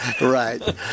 Right